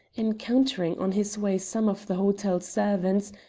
encountering on his way some of the hotel servants,